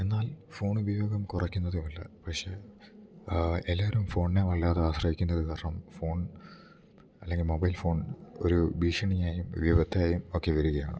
എന്നാൽ ഫോൺ ഉപയോഗം കുറക്കുന്നതും ഇല്ല പക്ഷേ എല്ലാവരും ഫോണിനെ വല്ലാതെ ആശ്രയിക്കുന്നത് കാരണം ഫോൺ അല്ലെങ്കിൽ മൊബൈൽ ഫോൺ ഒരു ഭീഷണിയായും വിപത്തായും ഒക്കെ വരുകയാണ്